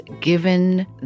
given